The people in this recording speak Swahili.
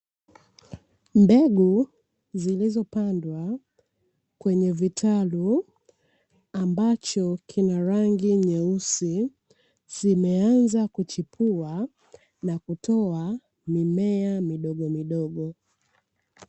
Mbegu zilizopandwa kwenye vitalu ambacho kina rangi nyeusi, zimeanza kuchipua na kutoa mimea midogo midogo.